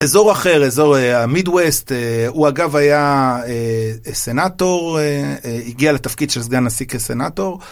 אזור אחר, אזור midwest , הוא אגב היה סנאטור, הגיע לתפקיד של סגן נשיא כסנאטור.